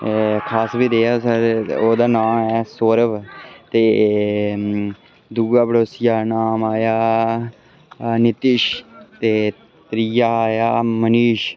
खास बी रेहा सर ते ओह्दा नांऽ ऐ सौरव ते दुए पड़ोसियै दा नाम आया नीतीश ते त्रीआ आया मनीश